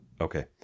Okay